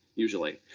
usually.